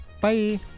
Bye